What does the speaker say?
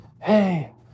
hey